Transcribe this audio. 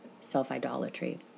self-idolatry